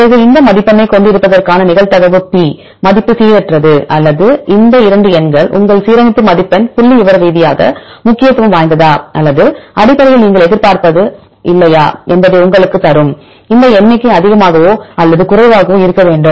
பிறகு இந்த மதிப்பெண்ணைக் கொண்டிருப்பதற்கான நிகழ்தகவு P மதிப்பு சீரற்றது அல்லது இந்த 2 எண்கள் உங்கள் சீரமைப்பு மதிப்பெண் புள்ளிவிவர ரீதியாக முக்கியத்துவம் வாய்ந்ததா அல்லது அடிப்படையில் நீங்கள் எதிர்பார்ப்பது இல்லையா என்பதை உங்களுக்குத் தரும் அந்த எண்ணிக்கை அதிகமாகவோ அல்லது குறைவாகவோ இருக்க வேண்டும்